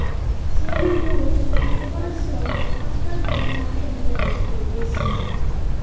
cellulose fibre सँ कागत बनाएल जाइ छै बेसीकाल